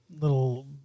little